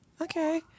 okay